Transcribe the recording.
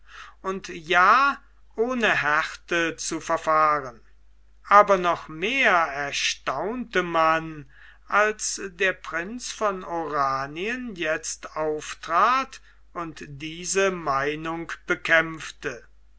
und ja ohne härte zu verfahren aber noch mehr erstaunte man als der prinz von oranien jetzt auftrat und diese meinung bekämpfte